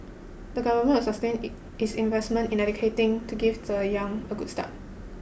the government will sustain its investments in education to give the young a good start